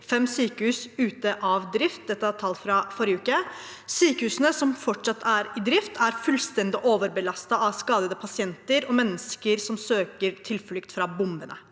35 sykehus, ute av drift. Sykehusene som fortsatt er i drift, er fullstendig overbelastet av skadede pasienter og mennesker som søker tilflukt fra bombene.